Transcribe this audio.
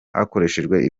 hakoreshejwe